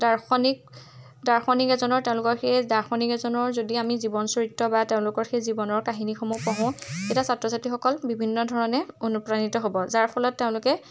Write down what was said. দাৰ্শনিক দাৰ্শনিক এজনৰ তেওঁলোকৰ সেই দাৰ্জশনিক এজনৰ যদি আমি জীৱন চৰিত্ৰ বা তেওঁলোকৰ সেই জীৱনৰ কাহিনীসমূহ পঢ়োঁ এতিয়া ছাত্ৰ ছাত্ৰীসকল বিভিন্ন ধৰণে অনুপ্ৰাণিত হ'ব যাৰফলত তেওঁলোকে